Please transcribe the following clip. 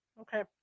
Okay